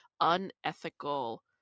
unethical